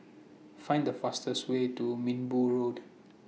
Find The fastest Way to Minbu Road